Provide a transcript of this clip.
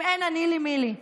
אם אין אני לי מי לי.